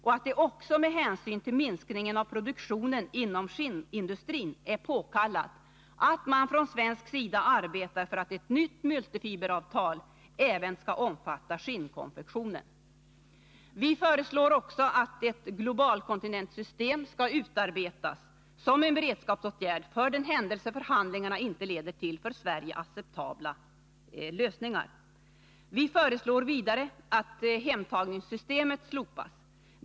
Vi säger också att det med hänsyn till minskningen av produktionen inom skinnindustrin är påkallat att man från svensk sida arbetar för att ett nytt multifiberavtal även skall omfatta skinnkonfektionen. Vi föreslår också att ett globalkontingentsystem skall utarbetas som en beredskapsåtgärd för den händelse förhandlingarna inte leder till för Sverige acceptabla lösningar. Vi föreslår vidare att hemtagningssystemet slopas.